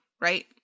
right